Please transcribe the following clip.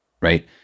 right